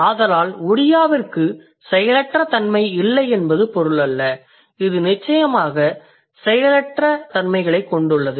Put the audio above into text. ஆதலால் ஒடியாவிற்கு செயலற்ற தன்மை இல்லை என்பது பொருளல்ல இது நிச்சயமாக செயலற்ற தன்மைகளைக் கொண்டுள்ளது